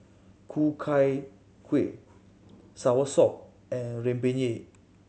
Ku Chai Kuih soursop and rempeyek